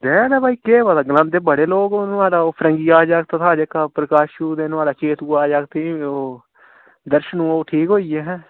ग्रैंह् तां भाई केह् पता गलांदे बड़े लोक नुहाड़ा ओह् फिरंगिए दा जागत था जेह्का प्रकाशु ते नुहाड़ा केतूए दा जागत के ओह् दर्शनु ओह् ठीक होई गे अहें